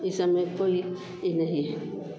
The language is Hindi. इस समय कोई ये नहीं है